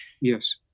Yes